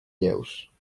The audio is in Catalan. lleus